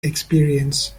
experience